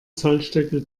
zollstöcke